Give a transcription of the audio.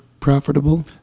profitable